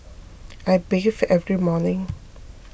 I bathe every morning